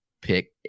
pick